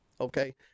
okay